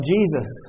Jesus